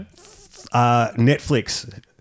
Netflix